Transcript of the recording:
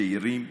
צעירים,